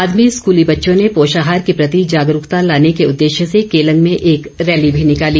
बाद में स्कूली बच्चों ने पोषाहार के प्रति जागरूक लाने के उद्देश्य से केलंग में एक रैली भी निकाली